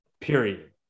period